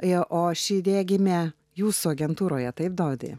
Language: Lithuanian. ją o ši idėja gimė jūsų agentūroje taip dovydai